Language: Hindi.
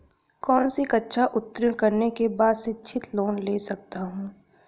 कौनसी कक्षा उत्तीर्ण करने के बाद शिक्षित लोंन ले सकता हूं?